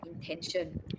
intention